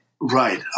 Right